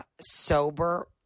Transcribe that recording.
sober